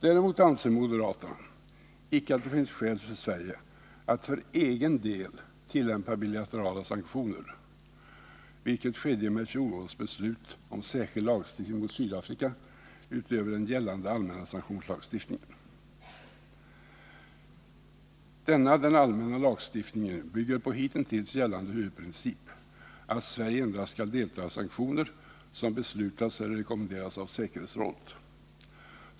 Däremot anser moderata samlingspartiet icke att det finns skäl för Sverige att för egen del tillämpa bilaterala sanktioner, vilket skedde i och med fjolårets beslut om särskild lagstiftning mot Sydafrika utöver den gällande allmänna sanktionslagstiftningen. Denna allmänna lagstiftning bygger på hittills gällande huvudprincip — att Sverige endast skall delta i sanktioner som beslutats eller rekommenderats av säkerhetsrådet.